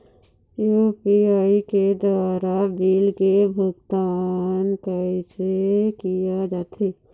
UPI के द्वारा bill के भुगतान कैसे किया जाथे?